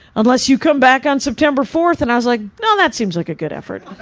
unless you come back on september four, and i was like, no that seems like a good effort.